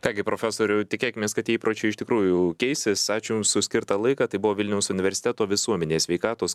ką gi profesoriau tikėkimės kad tie įpročiai iš tikrųjų keisis ačiū jums už skirtą laiką tai buvo vilniaus universiteto visuomenės sveikatos